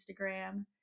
Instagram